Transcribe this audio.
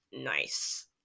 Nice